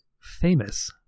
famous